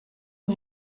who